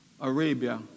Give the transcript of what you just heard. Arabia